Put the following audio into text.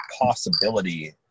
possibility